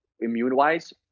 immune-wise